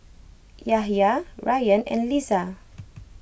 Yahaya Ryan and Lisa